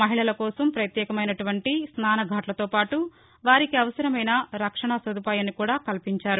మహిళలకోసం ప్రత్యేకమైనటువంటి స్నానఘాట్లతోపాటు వారికి అవసరమైన రక్షణ సదుపాయాన్ని కూడా కల్పించారు